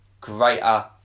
greater